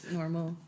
normal